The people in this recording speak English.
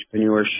entrepreneurship